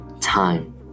time